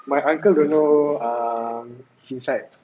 my uncle don't know err he's inside